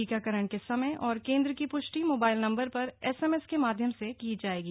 टीकाकरण के समय और केंद्र की प्ष्टि मोबाइल नम्बर पर एस एम एस के माध्यम से की जायेगी